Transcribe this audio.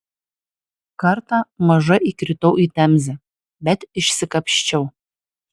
kartą maža įkritau į temzę bet išsikapsčiau